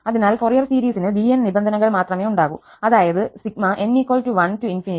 അതിനാൽ ഫോറിയർ സീരീസിന് bn നിബന്ധനകൾ മാത്രമേ ഉണ്ടാകൂ അതായത് n1bn sin 2nx